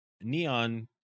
Neon